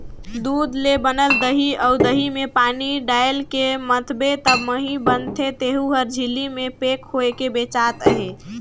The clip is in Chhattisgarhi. दूद ले बनल दही अउ दही में पानी डायलके मथबे त मही बनथे तेहु हर झिल्ली में पेक होयके बेचात अहे